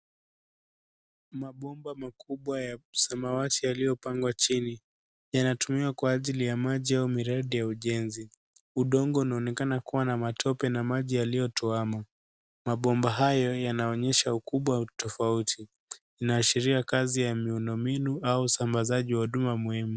Mabomba makubwa ya samawati yaliyopangwa chini. Yanatumiwa kwa ajili ya maji au miradi ya ujenzi. Udongo unaonekana kuwa na matope na maji yaliyotuama. Mabomba hayo yanaonyesha ukubwa na utofauti. Inaashiria kazi ya miundombinu au usambazaji wa huduma muhimu.